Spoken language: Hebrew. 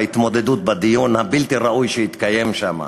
בהתמודדות בדיון הבלתי-ראוי שהתקיים שם.